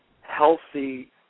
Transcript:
healthy